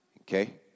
Okay